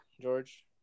George